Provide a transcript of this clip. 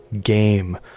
game